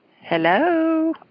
Hello